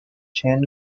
chan